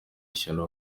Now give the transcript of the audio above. ishyano